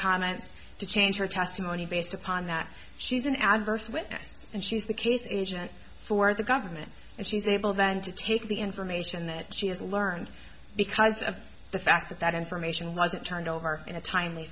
comments to change her testimony based upon that she's an adverse witness and she was the case agent for the government and she was able then to take the information that she has learned because of the fact that that information wasn't turned over in a timely